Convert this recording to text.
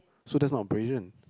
so that's not abrasion